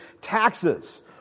taxes